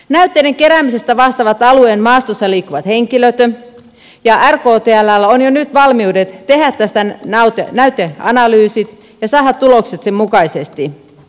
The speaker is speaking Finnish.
näytteiden keräämisestä vastaavat alueen maastossa liikkuvat henkilöt ja rktlllä on jo nyt valmiudet tehdä tästä näyteanalyysit ja saada tulokset sen mukaisesti